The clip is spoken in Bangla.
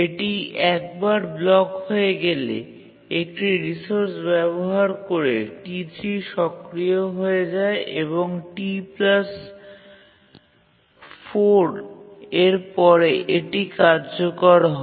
এটি একবার ব্লক হয়ে গেলে একটি রিসোর্স ব্যবহার করে T3 সক্রিয় হয়ে যায় এবং T4 এর পরে এটি কার্যকর হয়